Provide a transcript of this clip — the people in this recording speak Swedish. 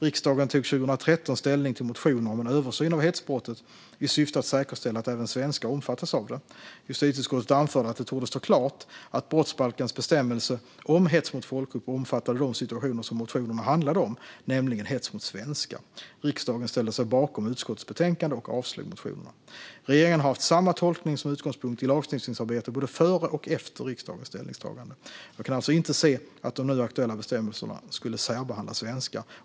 Riksdagen tog 2013 ställning till motioner om en översyn av hetsbrottet i syfte att säkerställa att även svenskar omfattas av det. Justitieutskottet anförde att det torde stå klart att brottsbalkens bestämmelse om hets mot folkgrupp omfattade de situationer som motionerna handlade om, nämligen hets mot svenskar. Riksdagen ställde sig bakom utskottets betänkande och avslog motionerna. Regeringen har haft samma tolkning som utgångspunkt i lagstiftningsarbete både före och efter riksdagens ställningstagande. Jag kan alltså inte se att de nu aktuella bestämmelserna skulle särbehandla svenskar.